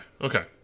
Okay